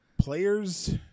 Players